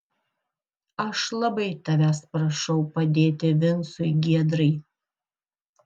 aš labai tavęs prašau padėti vincui giedrai